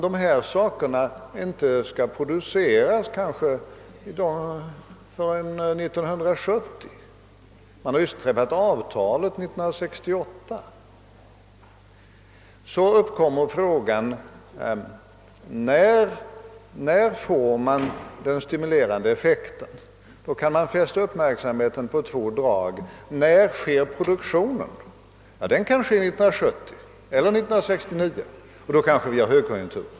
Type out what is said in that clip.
Men om varorna inte produceras förrän 1970 och avtalet träffats 1968 uppstår frågan: När får vi den stimulerande effekten? Man kan då fästa uppmärksamheten på två saker. När sker produktionen? Ja, den kan i många fall äga rum 1970 eller 1969 och då har vi kanske högkonjunktur.